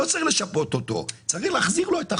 לא צריך לשפות אותו, צריך להחזיר לו את החוב.